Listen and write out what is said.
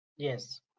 yes